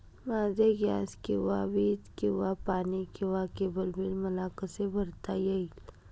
माझे गॅस किंवा वीज किंवा पाणी किंवा केबल बिल मला कसे भरता येईल?